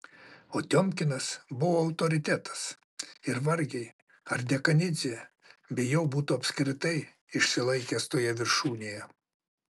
o tiomkinas buvo autoritetas ir vargiai ar dekanidzė be jo būtų apskritai išsilaikęs toje viršūnėje